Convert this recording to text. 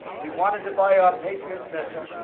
he wanted to buy our patriot missile.